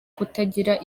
kutagira